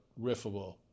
riffable